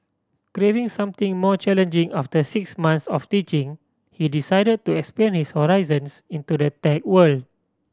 craving something more challenging after six months of teaching he decide to expand his horizons into the tech world